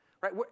right